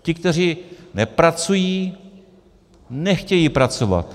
Ti, kteří nepracují, nechtějí pracovat.